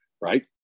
right